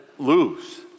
lose